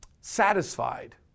satisfied